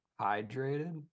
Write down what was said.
hydrated